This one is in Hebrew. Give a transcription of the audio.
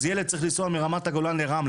אז ילד צריך לנסוע מרמת הגולן לרמלה.